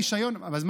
אין סנקציה פלילית.